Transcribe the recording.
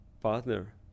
partner